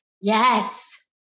Yes